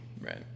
Right